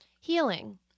healing